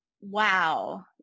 wow